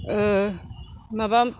माबा